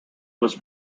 was